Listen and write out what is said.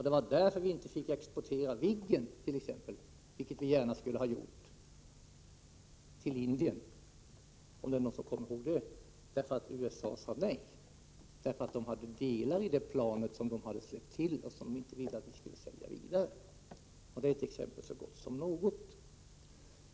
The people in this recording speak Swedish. Det var därför vi t.ex. inte fick exportera Viggen till Indien — om nu någon kommer ihåg det — vilket vi gärna skulle ha gjort. USA sade nej, därför att USA hade släppt till delar i det planet som landet inte ville att vi skulle sälja vidare. Detta är ett exempel så gott som något.